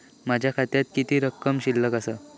माझ्या खात्यात किती रक्कम शिल्लक आसा?